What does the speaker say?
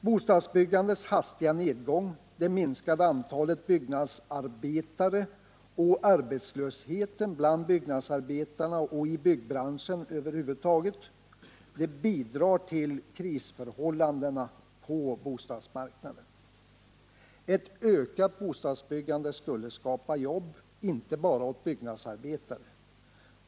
Bostadsbyggandets hastiga nedgång, det minskade antalet byggnadsarbetare och arbetslösheten bland byggnadsarbetare och i byggnadsbranschen över huvud taget bidrar till krisförhållandena på bostadsmarknaden. Ett ökat bostadsbyggande skulle skapa många nya jobb, inte bara åt byggnadsarbetare.